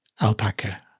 alpaca